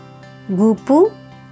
Gupu